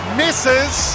misses